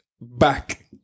back